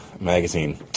magazine